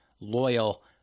loyal